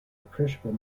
appreciable